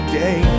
day